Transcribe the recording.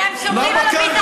כי הם שומרים על הביטחון